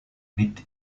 mit